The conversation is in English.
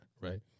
right